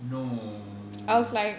no